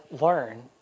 learn